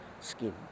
skin